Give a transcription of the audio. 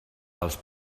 dels